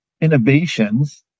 innovations